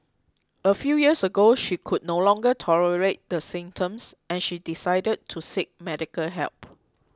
a few years ago she could no longer tolerate the symptoms and she decided to seek medical help